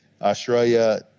Australia